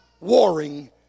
warring